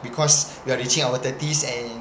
because we are reaching our thirties and